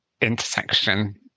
intersection